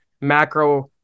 macro